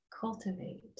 cultivate